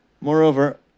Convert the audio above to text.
Moreover